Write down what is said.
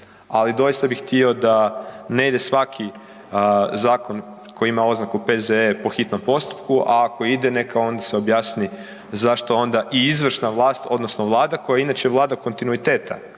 ali doista bi htio da ne ide svaki zakon koji ima oznaku P.Z.E. po hitnom postupku, a ako ide neka onda se objasni zašto onda i izvršna vlast odnosno vlada koja je inače vlada kontinuiteta,